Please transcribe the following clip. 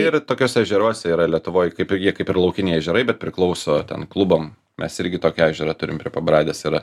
ir tokiuose ežeruose yra lietuvoj kaip jie kaip ir laukiniai ežerai bet priklauso ten klubam mes irgi tokį ežerą turim prie pabradės yra